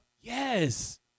Yes